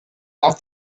out